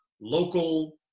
local